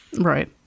Right